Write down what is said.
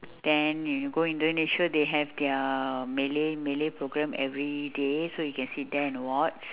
then you go indonesia they have their malay malay program every day so you can sit there and watch